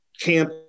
camp